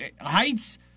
Heights